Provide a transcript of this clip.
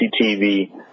CCTV